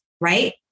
right